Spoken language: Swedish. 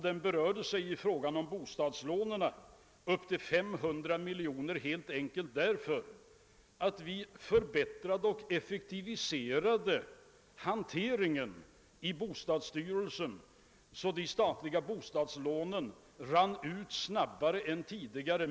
Den uppgick i fråga om bostadslånen till 200 miljoner kronor helt enkelt därför att vi förbättrade och effektiviserade hanteringen i bostadsstyrelsen, så att de statliga bostadslånen rann ut snabbare än tidigare.